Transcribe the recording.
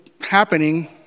happening